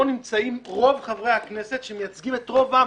פה נמצאים רוב חברי הכנסת שמייצגים את רוב העם,